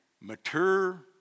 mature